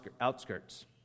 outskirts